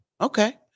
okay